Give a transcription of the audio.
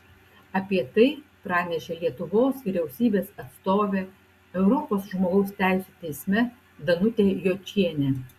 apie tai pranešė lietuvos vyriausybės atstovė europos žmogaus teisių teisme danutė jočienė